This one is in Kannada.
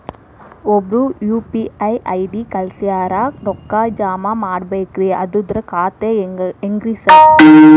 ಒಬ್ರು ಯು.ಪಿ.ಐ ಐ.ಡಿ ಕಳ್ಸ್ಯಾರ ರೊಕ್ಕಾ ಜಮಾ ಮಾಡ್ಬೇಕ್ರಿ ಅದ್ರದು ಖಾತ್ರಿ ಹೆಂಗ್ರಿ ಸಾರ್?